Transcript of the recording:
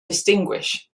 distinguish